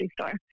store